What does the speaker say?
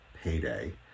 payday